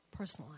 Personalize